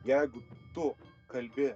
jeigu tu kalbi